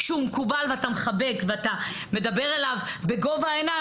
כשהוא מקובל ואתה מחבק ואתה מדבר אליו בגובה העיניים,